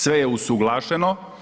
Sve je usuglašeno.